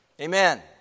Amen